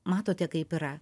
matote kaip yra